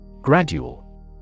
Gradual